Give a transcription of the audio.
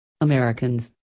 Americans